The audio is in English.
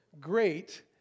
great